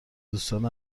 دوستان